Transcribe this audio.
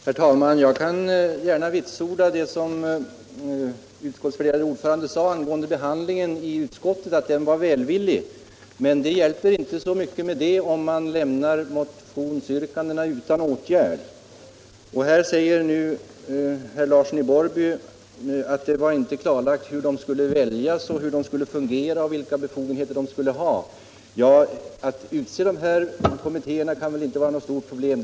Herr talman! Jag kan gärna vitsorda att utskottets behandling av motionerna var välvillig, som utskottets värderade ordförande sade. Men 179 det hjälper inte så mycket när motionsyrkandena lämnas utan åtgärd. Nu säger herr Larsson i Borrby att val, funktion och befogenheter för de etiska kommittéerna inte var fullt klarlagda. Att utse kommittéerna kan inte vara något stort problem.